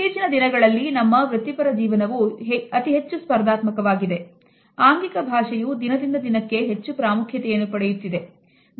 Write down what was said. ಇತ್ತೀಚಿನ ದಿನಗಳಲ್ಲಿ ನಮ್ಮ ವೃತ್ತಿಪರ ಜೀವನವು ಅತಿ ಹೆಚ್ಚು ಸ್ಪರ್ಧಾತ್ಮಕವಾಗಿದೆ